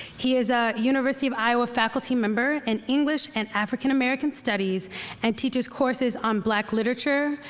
he is a university of iowa faculty member in english and african american studies and teaches courses on black literature,